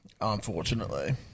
unfortunately